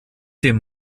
dem